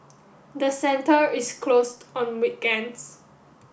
the centre is closed on weekends